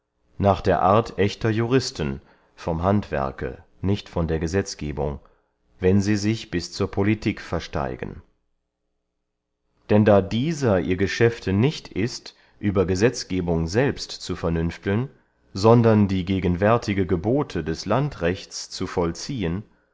nach der art ächter juristen vom handwerke nicht von der gesetzgebung wenn sie sich bis zur politik versteigen denn da dieser ihr geschäfte nicht ist über gesetzgebung selbst zu vernünfteln sondern die gegenwärtige gebote des landrechts zu vollziehen